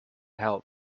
help